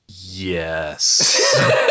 Yes